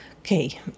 Okay